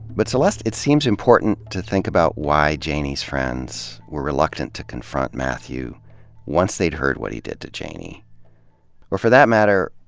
but celeste, it seems important to think about why janey's friends were reluctant to confront mathew once they'd heard what he did to janey or for that matter,